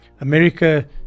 america